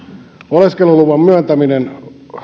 oleskeluluvan myöntäminen